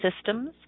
systems